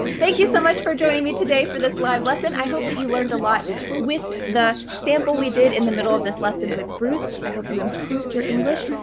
thank you so much for joining me today for this live lesson. i hope that you learned a lot with the sample we did in the middle of this lesson with bruce. i hope you improved your english,